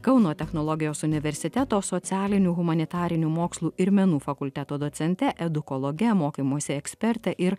kauno technologijos universiteto socialinių humanitarinių mokslų ir menų fakulteto docente edukologe mokymosi eksperte ir